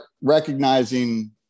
recognizing